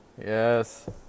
Yes